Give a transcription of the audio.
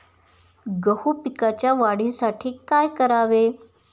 गहू पिकाच्या वाढीसाठी काय करावे?